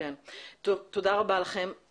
טוב, תודה רבה לכם.